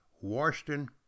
Washington